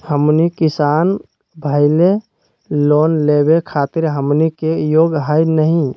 हमनी किसान भईल, लोन लेवे खातीर हमनी के योग्य हई नहीं?